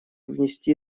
внести